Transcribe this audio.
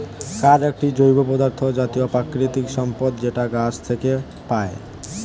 কাঠ একটি জৈব পদার্থ জাতীয় প্রাকৃতিক সম্পদ যেটা গাছ থেকে পায়